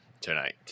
tonight